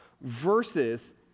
versus